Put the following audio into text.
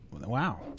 wow